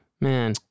man